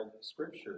scripture